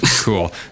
cool